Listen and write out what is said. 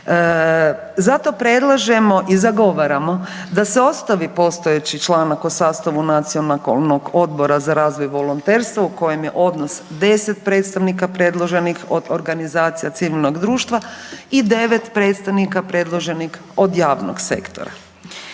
Zato predlažemo i zagovaramo da se ostavi postojeći članak o sastavu Nacionalnog odbora za razvoj volonterstva u kojem je odnos 10 predstavnika predloženih od organizacija civilnog društva i 9 predstavnika predloženih od javnog sektora,